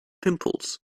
pimples